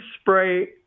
spray